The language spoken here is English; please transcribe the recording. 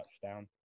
touchdown